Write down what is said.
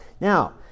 Now